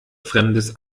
fremdes